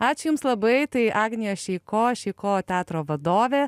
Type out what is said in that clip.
ačiū jums labai tai agnija šeiko šeiko teatro vadovė